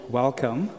welcome